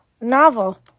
novel